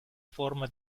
forma